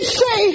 say